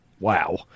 Wow